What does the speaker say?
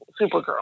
Supergirl